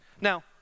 Now